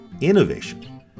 innovation